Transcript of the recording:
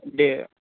day